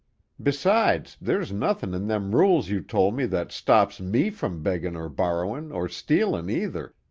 besides, there's nothin' in them rules you told me that stops me from beggin' or borrowin', or stealin', either,